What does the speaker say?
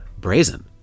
brazen